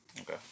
Okay